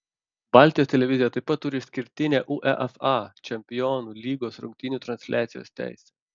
baltijos televizija taip pat turi išskirtinę uefa čempionų lygos rungtynių transliacijos teisę